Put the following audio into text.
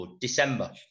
December